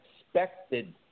expected